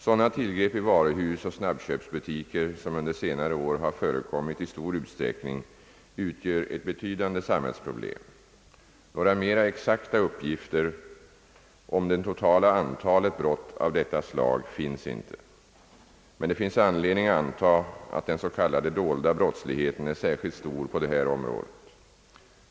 Sådana tillgrepp i varuhus och snabbköpsbutiker som under senare år har förekommit i stor utsträckning utgör ett betydande samhällsproblem. Några mera exakta uppgifter om det totala antalet brott av detta slag finns ej. Det finns anledning anta att den s.k. dolda brottsligheten är särskilt stor på detta område.